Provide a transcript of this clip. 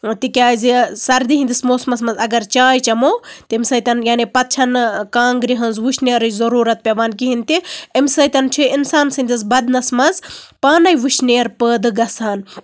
تِکیازِ سردی ہِندِس موسمَس منٛز اَگر چاے چٮ۪مَو تَمہِ سۭتۍ یعنی پَتہٕ چھےٚ نہٕ کانگرِ ہنز وُشنیرٕچ ضۄرتھ پیوان کِہینۍ تہِ اَمہِ سۭتۍ چھِ اِنسان سٔندِس بدنَس منٛز پانَے وُشنیر پٲدٕ گژھان